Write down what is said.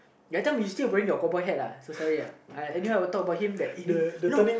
that time you still bring your cowboy hat uh so sorry uh I anyway I will talk about him that he know you know